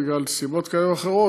בגלל סיבות כאלה ואחרות,